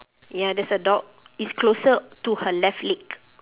ya there's a dog it's closer to her left leg